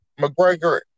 McGregor